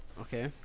okay